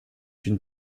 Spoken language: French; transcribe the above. une